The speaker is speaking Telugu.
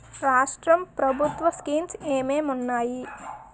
రాష్ట్రం ప్రభుత్వ స్కీమ్స్ ఎం ఎం ఉన్నాయి?